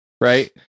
right